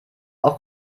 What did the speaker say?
auch